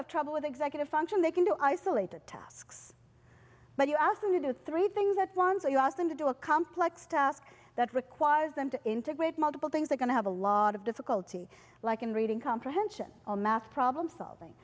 have trouble with executive function they can do isolated tasks but you ask them to do three things at once you ask them to do a complex task that requires them to integrate multiple things they're going to have a lot of difficulty like in reading comprehension math problem solving